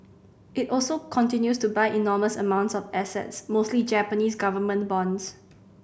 it also continues to buy enormous amounts of assets mostly Japanese government bonds